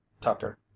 Tucker